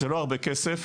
זה לא הרבה כסף,